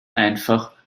einfach